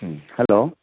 ꯎꯝ hello